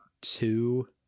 two